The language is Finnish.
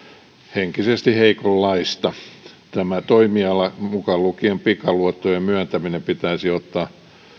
henkisesti heikonlaista tämä toimiala mukaan lukien pikaluottojen myöntäminen pitäisi ottaa